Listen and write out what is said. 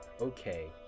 okay